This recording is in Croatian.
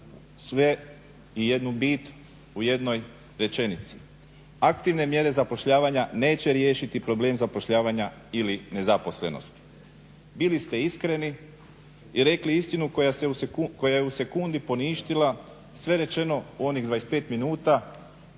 sve i jednu bit u jednoj rečenici: "Aktivne mjere zapošljavanja neće riješiti problem zapošljavanja ili nezaposlenosti.". Bili ste iskreni i rekli istinu koja je u sekundi poništila sve rečeno u onih 25 minuta,